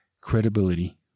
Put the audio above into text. Credibility